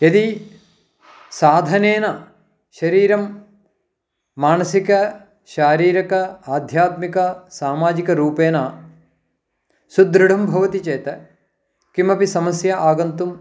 यदि साधनेन शरीरं मानसिकः शारीरिकः आध्यात्मिकः सामाजिकः रूपेण सुदृढं भवति चेत् किमपि समस्या आगन्तुम्